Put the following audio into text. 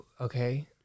okay